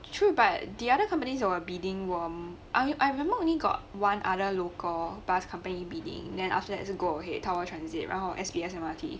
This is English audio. true but the other companies were bidding were I I remember only got one other local bus companies bidding then after that 就 go ahead tower transit 然后 S_B_S M_R_T